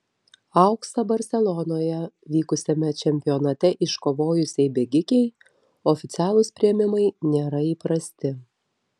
auksą barselonoje vykusiame čempionate iškovojusiai bėgikei oficialūs priėmimai nėra įprasti